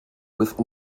with